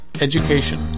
education